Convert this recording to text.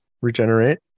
regenerate